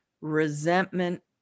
resentment